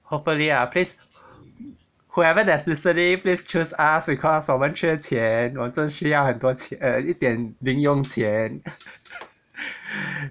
hopefully ah please whoever that's listening please choose us because 我们缺钱真需要很多钱一点零用钱